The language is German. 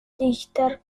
dichter